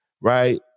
right